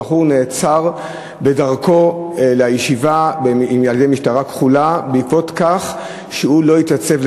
הבחור נעצר בדרכו לישיבה על-ידי המשטרה הכחולה כי הוא לא התייצב,